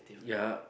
ya